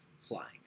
flying